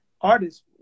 artists